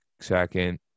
second